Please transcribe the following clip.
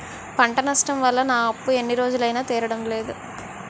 పంట నష్టం వల్ల నా అప్పు ఎన్ని రోజులైనా తీరడం లేదు